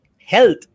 health